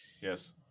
Yes